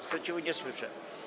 Sprzeciwu nie słyszę.